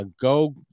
Go